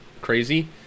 crazy